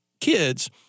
kids